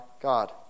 God